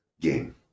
game